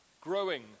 growing